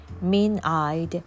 Mean-eyed